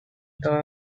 todo